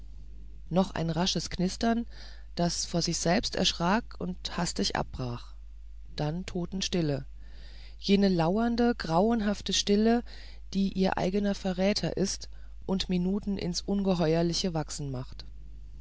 noch ein rasches knistern das vor sich selbst erschrak und hastig abbrach dann totenstille jene lauernde grauenhafte stille die ihr eigener verräter ist und minuten ins ungeheuerliche wachsen macht